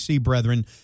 brethren